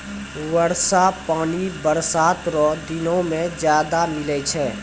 वर्षा पानी बरसात रो दिनो मे ज्यादा मिलै छै